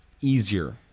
easier